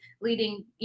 leading